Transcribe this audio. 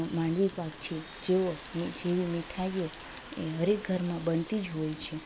માંડવી પાક છે જેઓ જેવી મીઠાઈઓ એ હરએક ઘરમાં બનતી જ હોય છે